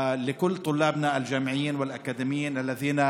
(אומר בערבית: ברצוננו